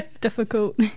difficult